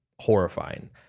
horrifying